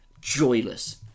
joyless